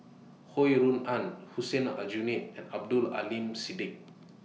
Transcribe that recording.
Ho Rui An Hussein Aljunied and Abdul Aleem Siddique